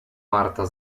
marta